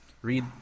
Read